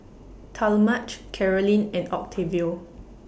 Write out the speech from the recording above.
Talmadge Caroline and Octavio